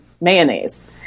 mayonnaise